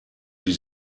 die